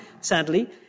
sadly